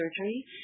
surgery